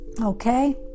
Okay